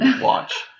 watch